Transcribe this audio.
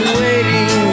waiting